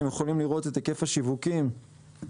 אתם יכולים לראות את היקף השיווקים של